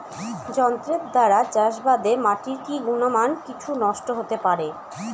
যন্ত্রের দ্বারা চাষাবাদে মাটির কি গুণমান কিছু নষ্ট হতে পারে?